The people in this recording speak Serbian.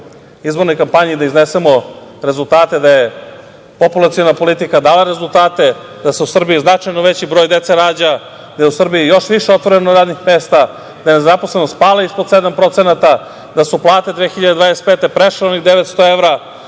izbornoj kampanji da iznesemo rezultate da je populaciona politika dala rezultate, da se u Srbiji značajno veći broj dece rađa, da je u Srbiji još više otvoreno radnih mesta, da je nezaposlenost pala ispod 7%, da su plate 2025. godine prešle onih 900 evra.